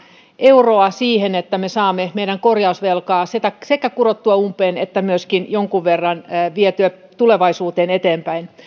euroa siihen että me saamme meidän korjausvelkaamme sekä kurottua umpeen että myöskin jonkun verran vietyä tulevaisuuteen eteenpäin